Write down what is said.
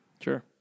Sure